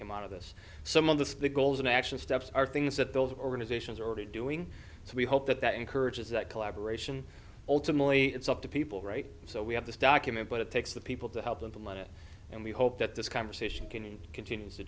come out of this some of the goals and action steps are things that those organizations are already doing so we hope that that encourages that collaboration ultimately it's up to people right so we have this document but it takes the people to help them to learn it and we hope that this conversation can continue to